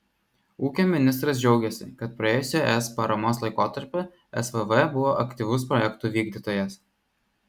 ūkio ministras džiaugėsi kad praėjusiu es paramos laikotarpiu svv buvo aktyvus projektų vykdytojas